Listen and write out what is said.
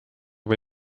või